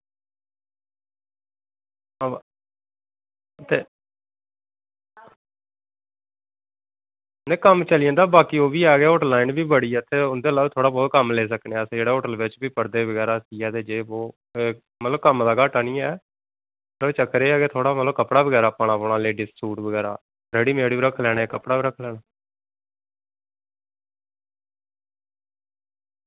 बाऽ मतलब कम्म चली जंदा ते बाकी ओह्बी ऐ होर बी ते उंदे कोला बी थोह्ड़ा बहोत कम्म लेई सकने अस जेह्ड़े होटल बिच बी करदे गुजारा जां यह वो लेकिन कम्म दा घाटा निं ऐ ते मतलब एह् ऐ कि थोह्ड़ा बहुत कपड़ा पाना पौना लेडीज़ बगैरा रेडीमेड बी रक्खी लैने कपड़ा बी रक्खी लैना